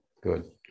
good